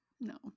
No